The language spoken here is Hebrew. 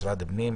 משרד הפנים,